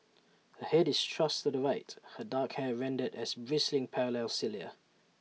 her Head is thrust to the right her dark hair rendered as bristling parallel cilia